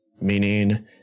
meaning